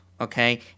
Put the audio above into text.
okay